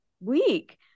week